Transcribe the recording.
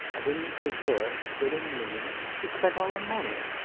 i didnt desert little minnie. we spent all our money